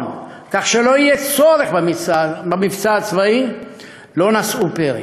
הביטחון כך שלא יהיה צורך במבצע הצבאי לא נשאו פרי,